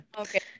Okay